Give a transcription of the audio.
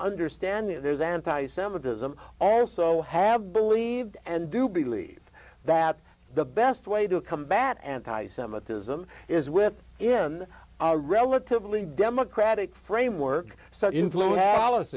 understand that there's anti semitism also have believed and do believe that the best way to combat anti semitism is with in a relatively democratic framework such influence polic